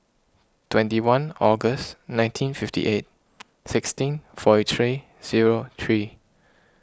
twenty one August nineteen fifty eight sixty forty three zero three